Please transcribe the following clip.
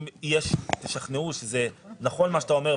אם תשכנעו שנכון מה שאתה אומר,